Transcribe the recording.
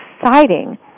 exciting